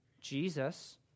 Jesus